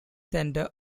centre